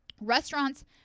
Restaurants